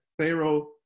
Pharaoh